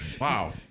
Wow